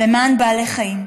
למען בעלי חיים,